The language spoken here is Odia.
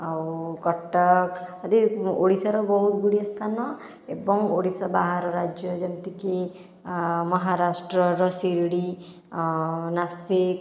ଆଉ କଟକ ଆଦି ଓଡ଼ିଶାର ବହୁତ ଗୁଡ଼ିଏ ସ୍ଥାନ ଏବଂ ଓଡ଼ିଶା ବାହାର ରାଜ୍ୟ ଯେମିତିକି ମହାରାଷ୍ଟ୍ରର ଶିରିଡ଼ି ନାସିକ୍